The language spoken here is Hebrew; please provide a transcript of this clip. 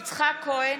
יצחק כהן,